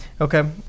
Okay